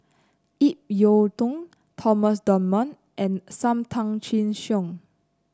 Ip Yiu Tung Thomas Dunman and Sam Tan Chin Siong